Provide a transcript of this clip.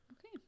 Okay